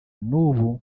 nubu